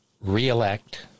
re-elect